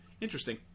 Interesting